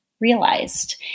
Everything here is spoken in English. realized